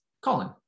Colin